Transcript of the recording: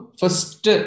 first